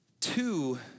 two